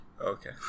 Okay